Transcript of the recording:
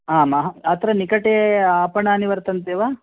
आम् आ अत्र निकटे आपणानि वर्तन्ते वा